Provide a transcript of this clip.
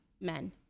Men